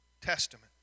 testament